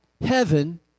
heaven